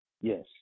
Yes